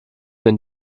wenn